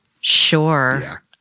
Sure